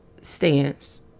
stance